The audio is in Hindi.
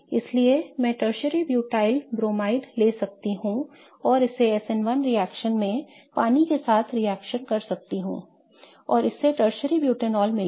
इसलिए मैं टर्शरी ब्यूटाइल ब्रोमाइड ले सकता हूं और इसे SN1 रिएक्शन में पानी के साथ रिएक्शन कर सकता हूं और इससे टर्शरी ब्यूटानॉल मिलेगा